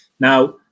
Now